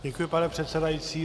Děkuji, pane předsedající.